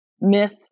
myth